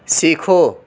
سیکھو